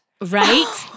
Right